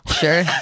Sure